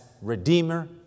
Redeemer